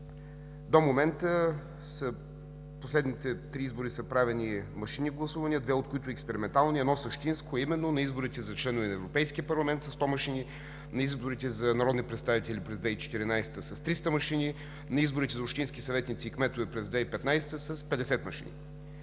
до момента за последните три избора са правени машинни гласувания, две от които експериментални и едно – същинско, а именно, на изборите за членове на Европейски парламент със сто машини; на изборите за народни представители през 2014 г. с 300 машини; на изборите за общински съветници и кметове през 2015 г. с 50 машини.